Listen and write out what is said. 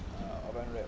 err